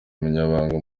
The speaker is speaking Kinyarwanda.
umunyamabanga